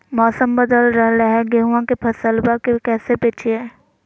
मौसम बदल रहलै है गेहूँआ के फसलबा के कैसे बचैये?